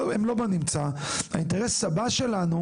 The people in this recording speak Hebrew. הם לא בנמצא, האינטרס הבא שלנו